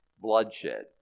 bloodshed